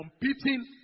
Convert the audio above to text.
competing